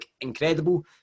incredible